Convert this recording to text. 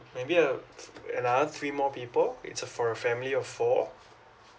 maybe uh another three more people it's a for a family of four